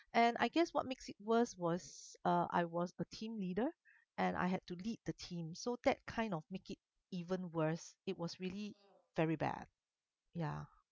and I guess what makes it worse was uh I was the team leader and I had to lead the team so that kind of make it even worse it was really very bad ya